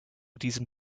diesem